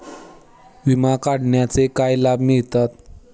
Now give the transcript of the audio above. विमा काढण्याचे काय लाभ मिळतात?